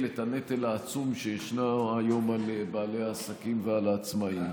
את הנטל העצום שישנו היום על בעלי העסקים ועל העצמאים.